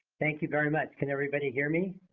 thank you very much. can everybody hear me?